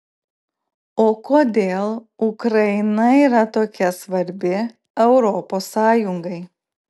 o kodėl ukraina yra tokia svarbi europos sąjungai